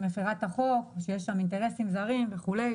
מפרה את החוק ושיש שם אינטרסים זרים וכולי,